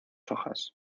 hojas